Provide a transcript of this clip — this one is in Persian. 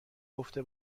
گفته